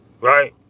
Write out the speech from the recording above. right